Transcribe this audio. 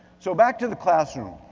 so back to the classroom.